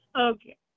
Okay